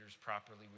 properly